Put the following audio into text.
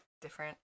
different